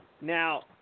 Now